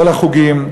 מכל החוגים,